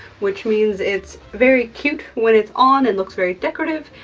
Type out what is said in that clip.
which means it's very cute when it's on. it looks very decorative,